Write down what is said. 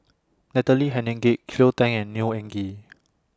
Natalie Hennedige Cleo Thang and Neo Anngee